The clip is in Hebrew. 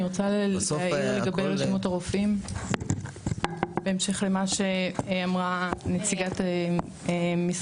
אני רוצה להעיר לגבי רשימות הרופאים בהמשך למה שאמרה נציגת משרד